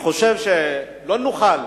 אני חושב שלא נוכל